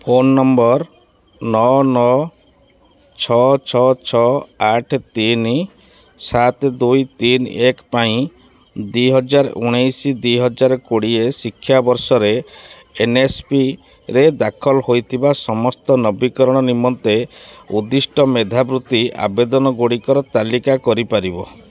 phone number ନଅ ନଅ ଛଅ ଛଅ ଛଅ ଆଠ ତିନି ସାତ ଦୁଇ ତିନି ଏକ ପାଇଁ ଦୁଇହଜାର ଉଣେଇଶି ଶହ ଦୁଇହଜାର କୁଡ଼ିଏ ଶିକ୍ଷାବର୍ଷରେ ଏନ୍ଏସ୍ପିରେ ଦାଖଲ ହୋଇଥିବା ସମସ୍ତ ନବୀକରଣ ନିମନ୍ତେ ଉଦ୍ଦିଷ୍ଟ ମେଧାବୃତ୍ତି ଆବେଦନଗୁଡ଼ିକର ତାଲିକା କରିପାରିବ